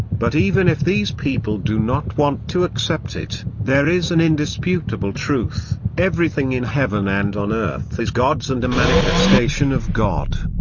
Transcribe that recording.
but even if these people do not want to accept it, there is an indisputable truth everything in heaven and on earth is god's and a manifestation of god.